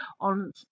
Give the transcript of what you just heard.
on